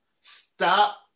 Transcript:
Stop